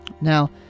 Now